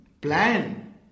plan